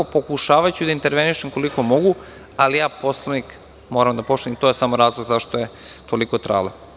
Pokušavaću da intervenišem koliko mogu, ali Poslovnik moram da poštujem, to je samo razlog zašto je toliko trajalo.